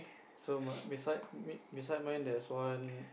so my beside me beside mine there's one